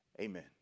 Amen